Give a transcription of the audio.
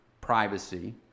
privacy